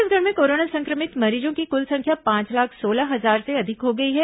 छत्तीसगढ़ में कोरोना संक्रमित मरीजों की कुल संख्या पांच लाख सोलह हजार से अधिक हो गई है